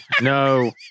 No